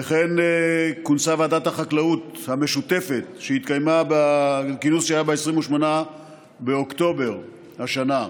וכן כינוס ועדת החקלאות המשותפת שהתקיים ב-28 באוקטובר השנה.